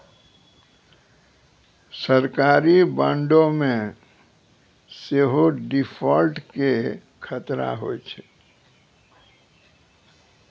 सरकारी बांडो मे सेहो डिफ़ॉल्ट के खतरा होय छै